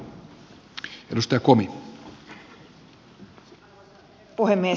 arvoisa herra puhemies